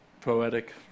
poetic